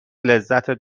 لذت